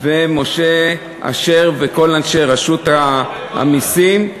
ומשה אשר וכל אנשי רשות המסים.